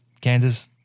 Kansas